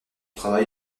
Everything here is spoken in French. travail